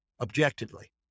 objectively